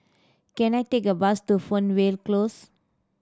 can I take a bus to Fernvale Close